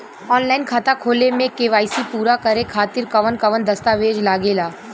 Online खाता खोले में के.वाइ.सी पूरा करे खातिर कवन कवन दस्तावेज लागे ला?